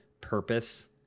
purpose